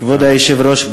כבוד היושב-ראש,